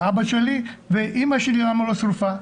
ואבא שלי, ולמה אמא שלי לא שרופה'.